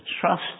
trust